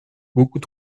beaucoup